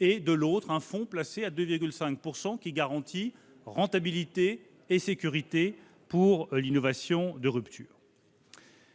et, de l'autre côté, un fonds placé à 2,5 % qui garantit rentabilité et sécurité pour l'innovation de rupture.